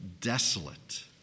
desolate